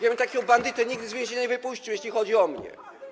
Ja bym takiego bandyty nigdy z więzienia nie wypuścił - jeśli chodzi o mnie.